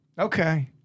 Okay